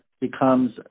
becomes